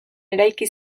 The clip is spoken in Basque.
eraiki